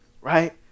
right